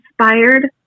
inspired